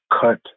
cut